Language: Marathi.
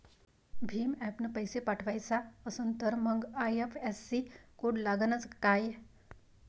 भीम ॲपनं पैसे पाठवायचा असन तर मंग आय.एफ.एस.सी कोड लागनच काय?